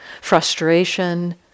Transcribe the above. frustration